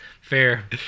Fair